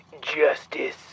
justice